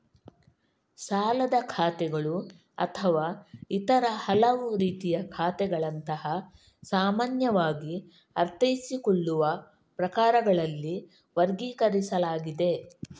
ಸಾಲದ ಖಾತೆಗಳು ಅಥವಾ ಇತರ ಹಲವು ರೀತಿಯ ಖಾತೆಗಳಂತಹ ಸಾಮಾನ್ಯವಾಗಿ ಅರ್ಥೈಸಿಕೊಳ್ಳುವ ಪ್ರಕಾರಗಳಲ್ಲಿ ವರ್ಗೀಕರಿಸಲಾಗಿದೆ